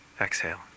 Exhale